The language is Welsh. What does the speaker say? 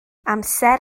amser